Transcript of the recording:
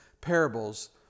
parables